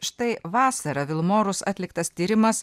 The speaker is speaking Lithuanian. štai vasarą vilmorus atliktas tyrimas